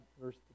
verse